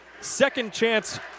Second-chance